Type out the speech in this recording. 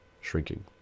shrinking